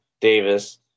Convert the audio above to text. Davis